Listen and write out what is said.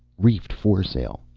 reefed foresail!